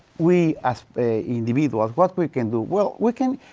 we as, ah, individuals, what we can do? well, we can,